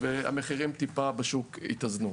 והמחירים בשוק טיפה התאזנו.